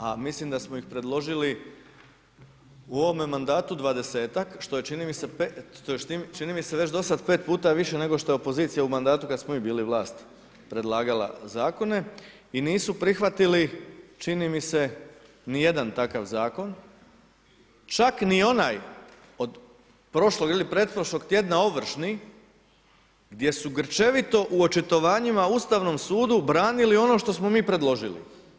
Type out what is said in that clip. A mislim da smo ih predložili u ovome mandatu 20-ak, što je čini mi se već dosad 5 puta više nego što je opozicija u mandatu kad smo mi bili vlast predlagala zakone i nisu prihvatili čini mi se, ni jedan takav zakon, čak ni onaj od prošlog ili pretprošlog tjedna Ovršni gdje su grčevito u očitovanjima Ustavnom sudu branili ono što smo mi predložili.